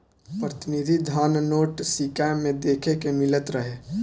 प्रतिनिधि धन नोट, सिक्का में देखे के मिलत रहे